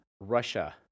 Russia